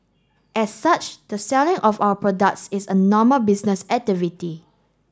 as such the selling of our products is a normal business activity